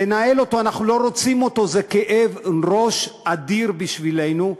אנחנו לא רוצים אותו, זה כאב ראש אדיר בשבילנו.